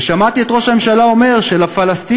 ושמעתי את ראש הממשלה אומר שלפלסטינים,